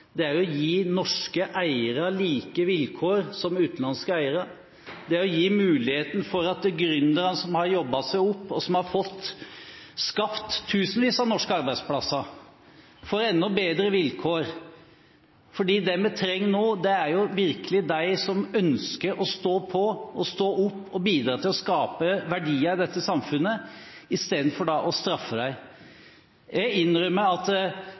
formuesskatt er å gi norske eiere like vilkår som utenlandske eiere – det å gi muligheten for at gründerne som har jobbet seg opp, og som har skapt tusenvis av norske arbeidsplasser, får enda bedre vilkår. Det vi trenger nå, er virkelig de som ønsker å stå på og stå opp og bidra til å skape verdier i dette samfunnet – i stedet for å straffe dem. Jeg innrømmer at